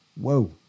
Whoa